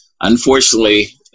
unfortunately